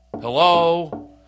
hello